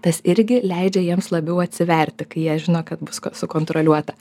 tas irgi leidžia jiems labiau atsiverti kai jie žino kad bus ko sukontroliuota